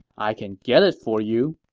i can get it for you.